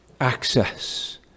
access